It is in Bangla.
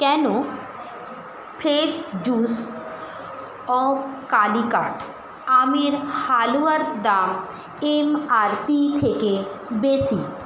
কেন ফ্লেভজুস অব কালিকাট আমের হালুয়ার দাম এম আর পি থেকে বেশি